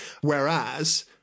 Whereas